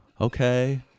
okay